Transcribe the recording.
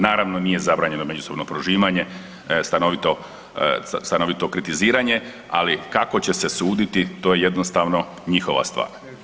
Naravno nije zabranjeno međusobno prožimanje, stanovito kritiziranje, ali kako će se suditi to je jednostavno njihova stvar.